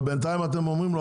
אבל בינתיים אתם אומרים לו,